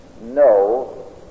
no